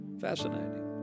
Fascinating